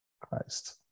Christ